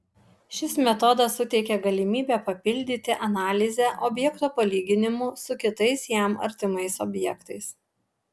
šis metodas suteikia galimybę papildyti analizę objekto palyginimu su kitais jam artimais objektais